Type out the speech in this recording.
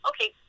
okay